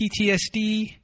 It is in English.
PTSD